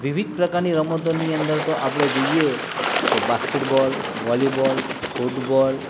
વિવિધ પ્રકારની રમતોની અંદર તો આપણે જોઈએ તો બાસ્કેટબોલ વોલીબોલ ફૂટબોલ